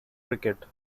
cricket